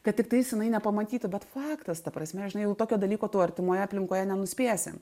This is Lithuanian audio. kad tiktais jinai nepamatytų bet faktas ta prasme na žinai jau tokio dalyko tu artimoje aplinkoje nenuspėsi